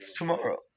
tomorrow